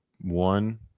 one